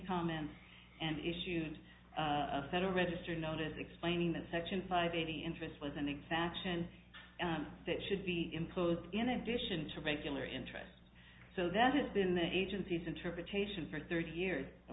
comment and issued a federal register notice explaining that section five eighty interest was an exaction that should be enclosed in addition to regular interest so that has been the agency's interpretation for thirty years and